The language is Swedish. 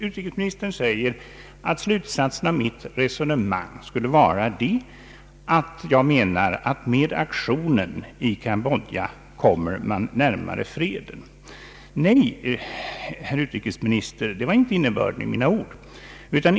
Utrikesministern säger att slutsatsen av mitt resonemang skulle vara att jag menar, att man med aktionen i Cam bodja kommer närmare fred. Nej, herr utrikesminister, det var inte innebörden i mina ord.